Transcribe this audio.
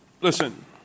Listen